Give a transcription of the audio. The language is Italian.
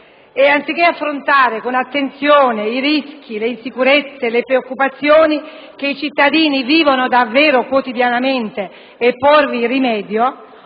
e, anziché affrontare con attenzione i rischi, le insicurezze, le preoccupazioni che i cittadini vivono davvero quotidianamente e porvi rimedio,